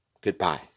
Goodbye